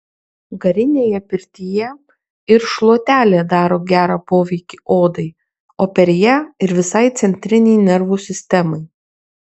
garinėje pirtyje ir šluotelė daro gerą poveikį odai o per ją ir visai centrinei nervų sistemai